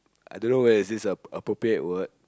I don't know whether is this a appropriate word